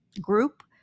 group